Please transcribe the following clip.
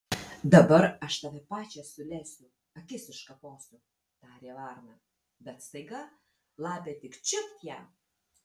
dabar aš tave pačią sulesiu akis iškaposiu tarė varna bet staiga lapė tik čiupt ją